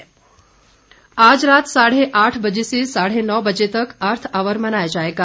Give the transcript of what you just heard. अर्थ Hour आज रात साढ़े आठ बजे से साढ़ नौ बजे तक अर्थ ऑवर मनाया जायेगा